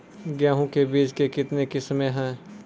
गेहूँ के बीज के कितने किसमें है?